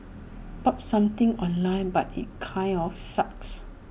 bought something online but IT kinda of sucks